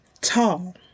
Tall